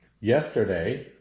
yesterday